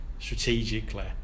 strategically